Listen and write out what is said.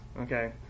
Okay